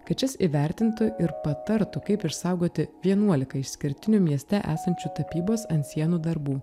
kad šis įvertintų ir patartų kaip išsaugoti vienuolika išskirtinių mieste esančių tapybos ant sienų darbų